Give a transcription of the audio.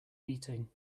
meeting